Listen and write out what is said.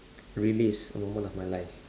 release a moment of my life